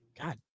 god